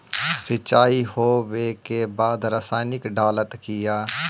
सीचाई हो बे के बाद रसायनिक डालयत किया?